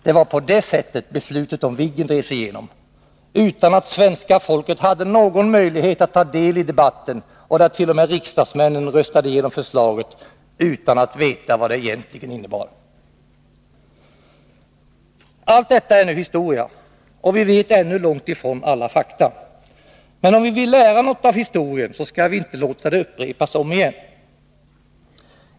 Det var på det sättet beslutet om Viggen drevs igenom, utan att svenska folket hade någon möjlighet att ta deli debatten och då t.o.m. riksdagsmännen röstade igenom förslaget utan att veta vad det egentligen innebar. Allt detta är nu historia, och vi vet ännu långt ifrån alla fakta. Men om vi vill lära något av historien, skall vi inte låta den upprepas om igen.